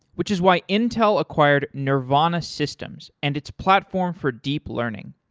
which is why intel acquired nervana systems and its platform for deep learning.